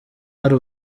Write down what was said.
hari